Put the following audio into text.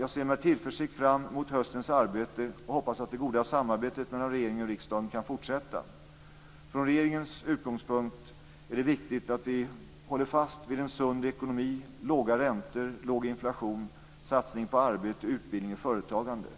Jag ser med tillförsikt fram emot höstens samarbete och hoppas att det goda samarbetet mellan regeringen och riksdagen kan fortsätta. Från regeringens utgångspunkt är det viktigt att vi håller fast vid en sund ekonomi, låga räntor, låg inflation, satsning på arbete, utbildning och företagande.